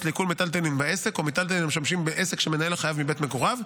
לעיקול מיטלטלין בעסק או מיטלטלין המשמשים לעסק שמנהל החייב מבית מגוריו.